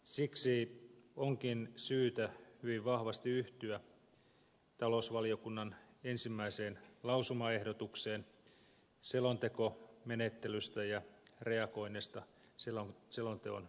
siksi onkin syytä hyvin vahvasti yhtyä talousvaliokunnan ensimmäiseen lausumaehdotukseen selontekomenettelystä ja reagoinnista selonteon myötä